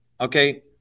Okay